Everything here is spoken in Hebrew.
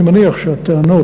אני מניח שהטענות,